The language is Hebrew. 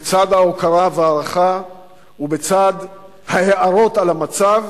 בצד ההוקרה וההערכה ובצד ההערות על המצב,